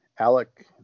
Alec